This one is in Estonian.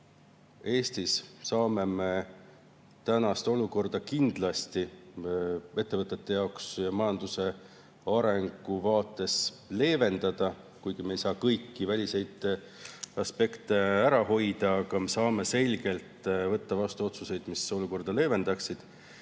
Eestis saame me tänast olukorda kindlasti ettevõtete jaoks ja majanduse arengu vaates leevendada. Me ei saa küll kõiki väliseid aspekte ära hoida, aga me saame selgelt võtta vastu otsuseid, mis olukorda leevendaksid.